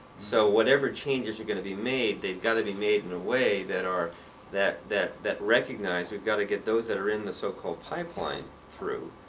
so whatever changes you're going to be made, they've got to be made in a way that are that that recognize we've got to get those that are in the so-called pipeline through.